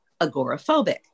agoraphobic